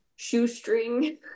shoestring